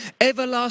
everlasting